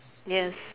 yes